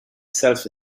self